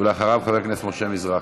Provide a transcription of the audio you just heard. ואחריו, חבר הכנסת משה מזרחי.